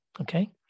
okay